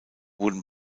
wurden